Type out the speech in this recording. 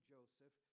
Joseph